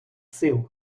сил